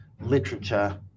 literature